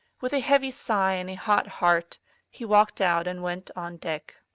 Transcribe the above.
with a heavy sigh and a hot heart he walked out and went on deck.